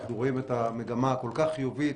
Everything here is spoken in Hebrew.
אנחנו רואים את המגמה הכול כך חיובית,